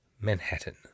Manhattan